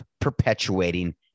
perpetuating